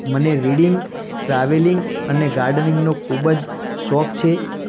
મને reading travelling અને ગાર્ડનીંગનો ખૂબ જ શોખ છે